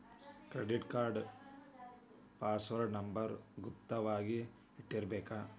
credit card password number ಗುಪ್ತ ವಾಗಿ ಇಟ್ಟಿರ್ಬೇಕ